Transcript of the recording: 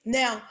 now